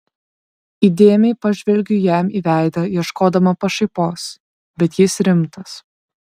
įdėmiai pažvelgiu jam į veidą ieškodama pašaipos bet jis rimtas